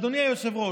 אדוני היושב-ראש,